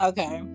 Okay